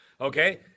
Okay